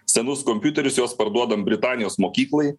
senus kompiuterius juos parduodam britanijos mokyklai